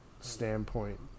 standpoint